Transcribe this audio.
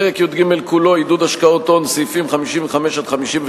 פרק י"ג כולו, עידוד השקעות הון, סעיפים 55 58,